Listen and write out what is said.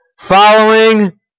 Following